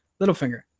Littlefinger